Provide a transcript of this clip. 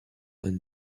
and